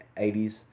80s